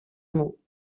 μου